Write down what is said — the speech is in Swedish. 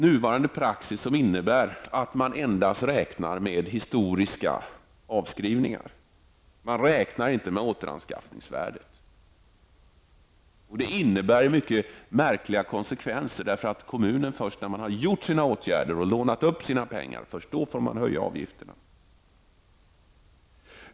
Nuvarande praxis innebär att man endast räknar med historiska avskrivningar, inte med återanskaffningsvärdet. Det får mycket märkliga konsekvenser. Kommunerna får först när de har vidtagit åtgärder och lånat upp pengar höja avgifterna.